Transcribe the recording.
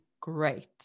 great